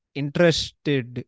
interested